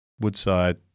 Woodside